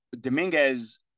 Dominguez